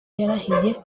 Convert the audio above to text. yarahiye